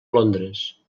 londres